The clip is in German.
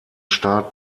staat